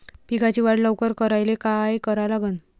पिकाची वाढ लवकर करायले काय करा लागन?